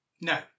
No